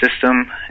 system